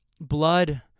Blood